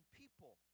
people